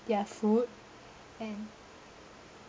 their food and